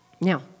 Now